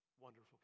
Wonderful